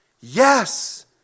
Yes